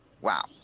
Wow